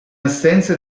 assenza